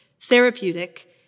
therapeutic